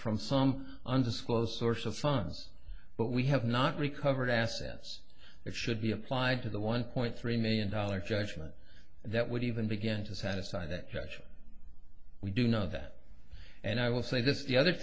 from some undisclosed source of funds but we have not recovered assets that should be applied to the one point three million dollars judgment that would even begin to satisfy that we do know that and i will say this the other